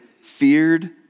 feared